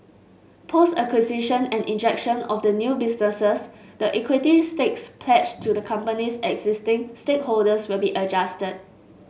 post acquisition and injection of the new businesses the equity stakes pledged to the company's existing stakeholders will be adjusted